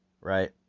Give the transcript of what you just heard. right